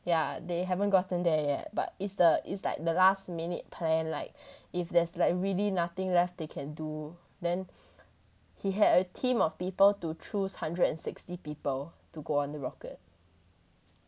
yeah they haven't gotten there but it's the it's like the last minute plan like if there's like really nothing left they can do then he had a team of people to choose hundred and sixty people to go on the rocket